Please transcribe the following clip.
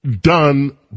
done